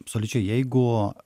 absoliučiai jeigu